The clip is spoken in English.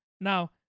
Now